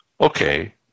Okay